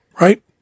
right